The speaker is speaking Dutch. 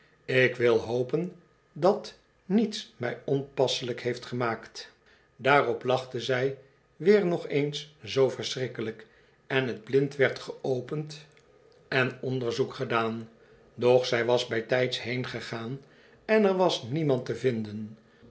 ik wil hopen dat niets mij onpasselijk heeft gemaakt daarop lachte zij weer nog eens zoo verschrikkelijk en het blind werd geopend en onderzoek gedaan doch zij was bijtijds heengegaan en er was niemand te vinden